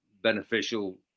beneficial